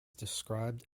described